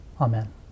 Amen